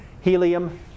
Helium